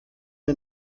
wir